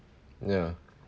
ya